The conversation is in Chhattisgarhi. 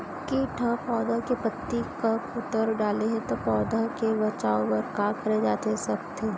किट ह पौधा के पत्ती का कुतर डाले हे ता पौधा के बचाओ बर का करे जाथे सकत हे?